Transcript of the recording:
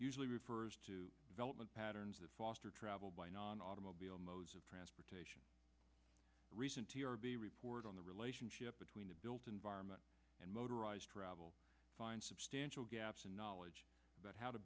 usually refers to relevant patterns that foster travel by non automobile modes of transportation recent report on the relationship between the built environment and motorised travel find substantial gaps in knowledge about how to